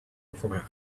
before